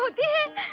but did